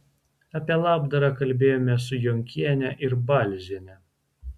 apie labdarą kalbėjome su jonkiene ir balziene